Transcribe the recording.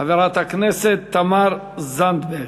חברת הכנסת תמר זנדברג.